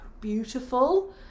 beautiful